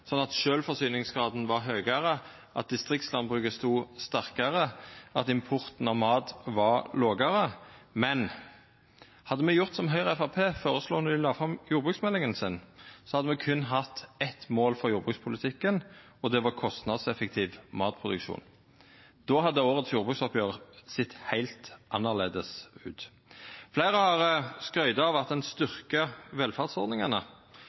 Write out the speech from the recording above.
sånn at sjølvforsyningsgraden var høgare, distriktslandbruket sto sterkare og importen av mat var lågare, men hadde me gjort som Høgre og Fremskrittspartiet føreslo då dei la fram jordbruksmeldinga si, hadde me berre hatt eitt mål for jordbrukspolitikken, og det var kostnadseffektiv matproduksjon. Då hadde årets jordbruksoppgjer sett heilt annleis ut. Fleire har skrytt av at ein styrkjer velferdsordningane.